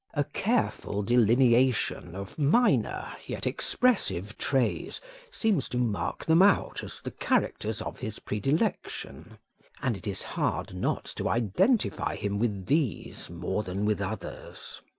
a careful delineation of minor, yet expressive traits seems to mark them out as the characters of his predilection and it is hard not to identify him with these more than with others.